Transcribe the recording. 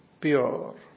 pure